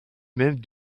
même